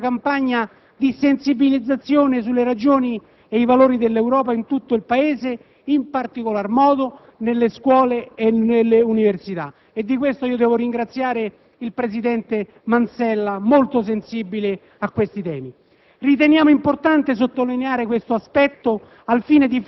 è stata recepita l'indicazione del senatore Buttiglione di sviluppare una campagna di sensibilizzazione sulle ragioni e i valori dell'Europa in tutto il Paese, in particolar modo nelle scuole e nelle università. Di questo devo ringraziare il presidente Manzella, molto sensibile a questi temi.